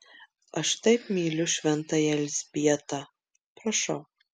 aš taip myliu šventąją elzbietą prašau